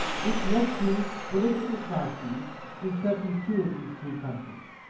which led to political crises in certainly two of these three countries.